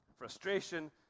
Frustration